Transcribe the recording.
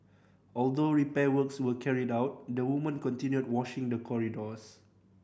although repair works were carried out the woman continued washing the corridors